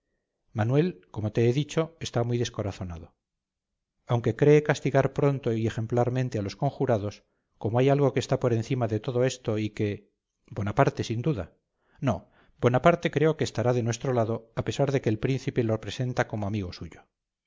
manuel como te he dicho está muy descorazonado aunque cree castigar pronto y ejemplarmente a los conjurados como hay algo que está por encima de todo esto y que bonaparte sin duda no bonaparte creo que estará de nuestro lado a pesar de que el príncipe lo presenta como amigo suyo